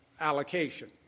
allocation